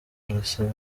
barasaba